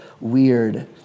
weird